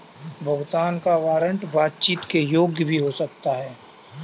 भुगतान का वारंट बातचीत के योग्य हो भी सकता है